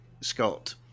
Scott